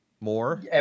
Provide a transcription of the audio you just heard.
more